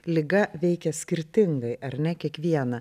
liga veikia skirtingai ar ne kiekvieną